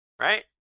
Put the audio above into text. Right